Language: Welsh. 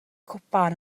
cwpan